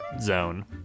zone